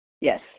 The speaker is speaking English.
Yes